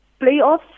playoffs